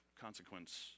consequence